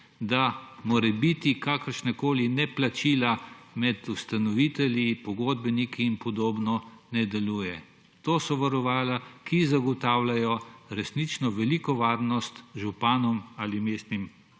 da morebiti kakršna koli neplačila med ustanovitelji, pogodbeniki in podobno, ne deluje. To so varovala, ki zagotavljajo resnično veliko varnost županom ali mestnim